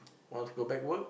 wants to go back work